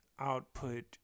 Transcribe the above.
output